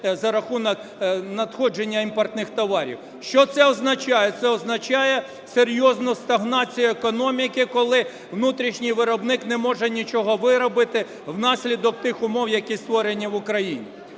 за рахунок надходження імпортних товарів. Що це означає? Це означає серйозну стагнацію економіки, коли внутрішній виробник не може нічого виробити внаслідок тих умов, які створені в Україні.